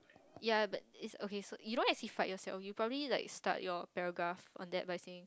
ya but it's okay so you don't yourself you probably like start your paragraph on there by saying